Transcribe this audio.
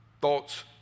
Thoughts